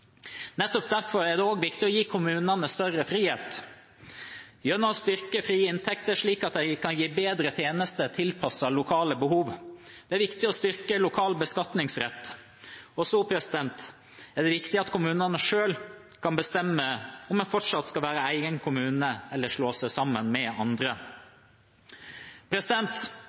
Nettopp derfor er det også viktig å gi kommunene større frihet gjennom å styrke de frie inntektene, slik at de kan gi bedre tjenester, tilpasset lokale behov. Det er viktig å styrke lokal beskatningsrett, og det er viktig at kommunene selv kan få bestemme om en fortsatt skal være egen kommune, eller om en skal slå seg sammen med andre.